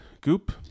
goop